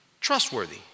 trustworthy